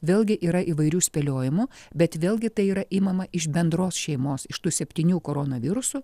vėlgi yra įvairių spėliojimų bet vėlgi tai yra imama iš bendros šeimos iš tų septynių koronavirusų